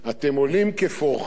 אתם עולים כפורחים,